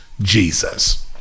Jesus